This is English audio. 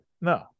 No